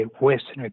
Western